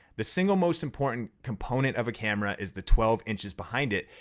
the single most important component of a camera is the twelve inches behind it,